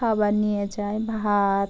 খাবার নিয়ে যাই ভাত